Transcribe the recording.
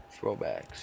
Throwbacks